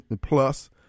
plus